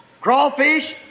crawfish